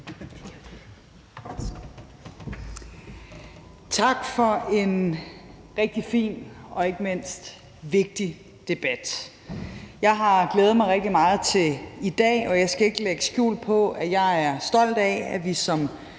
Tak for en rigtig fin og ikke mindst vigtig debat. Jeg har glædet mig rigtig meget til i dag, og jeg skal ikke lægge skjul på, at jeg er stolt af, at vi som